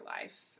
life